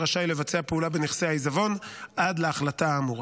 רשאי לבצע פעולה בנכסי העיזבון עד להחלטה האמורה.